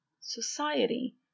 society